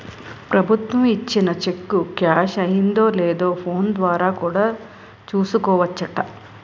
ప్రభుత్వం ఇచ్చిన cheque cash అయిందో లేదో ఫోన్ ద్వారా కూడా చూసుకోవచ్చట